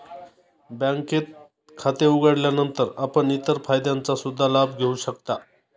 बँकेत खाते उघडल्यानंतर आपण इतर फायद्यांचा सुद्धा लाभ घेऊ शकता